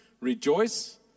rejoice